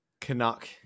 canuck